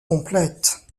complète